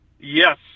Yes